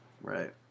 Right